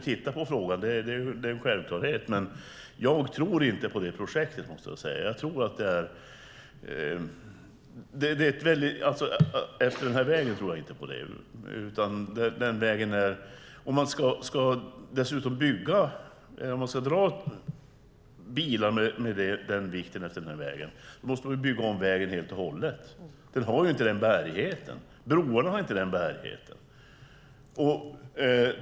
Det är en självklarhet att man måste titta på frågan, men jag måste säga att jag inte tror på det projektet. Om dessutom bilar med den vikten ska köra efter den här vägen måste man bygga om vägen helt och hållet. Den har inte den bärigheten. Broarna har inte den bärigheten.